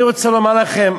אני רוצה לומר לכם,